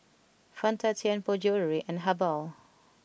Fanta Tianpo Jewellery and Habhal